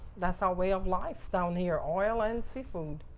that's our way of life down here oil and seafood.